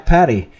Patty